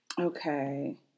okay